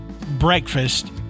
breakfast